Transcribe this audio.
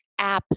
apps